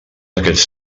aquests